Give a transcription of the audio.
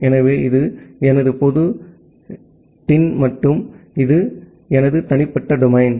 எனவே இது எனது பொது டின் மற்றும் இது எனது தனிப்பட்ட டொமைன்